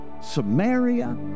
Samaria